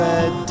Red